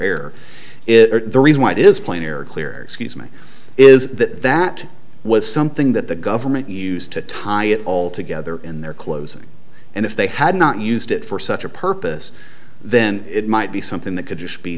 is the reason why it is plain air clear excuse me is that that was something that the government used to tie it all together in their clothes and if they had not used it for such a purpose then it might be something that could just be